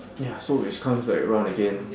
ya so which comes back around again